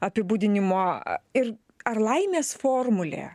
apibūdinimo ir ar laimės formulė